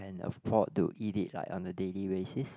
and afford to eat it right on a daily basis